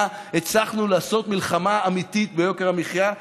הצלחנו לעשות מלחמה אמיתית ביוקר המחיה.